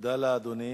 תודה לאדוני.